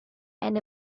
and